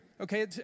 okay